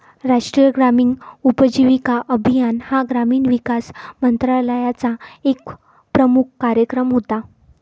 राष्ट्रीय ग्रामीण उपजीविका अभियान हा ग्रामीण विकास मंत्रालयाचा एक प्रमुख कार्यक्रम होता